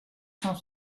cent